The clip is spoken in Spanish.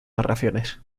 narraciones